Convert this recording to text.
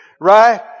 right